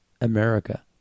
America